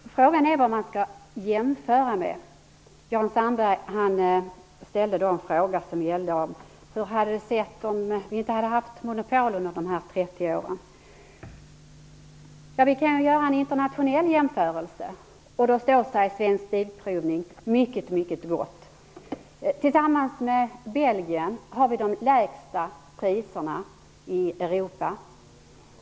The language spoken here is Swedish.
Herr talman! Frågan är vad man skall jämföra med. Jan Sandberg frågade hur det hade sett ut om Svensk Bilprovning inte hade haft monopol under dessa 30 år. Ja, vi kan göra en internationell jämförelse, och då står sig Svensk Bilprovning mycket bra. Tillsammans med Belgien har vi de lägsta priserna i Europa.